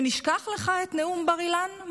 שנשכח לך את נאום בר-אילן,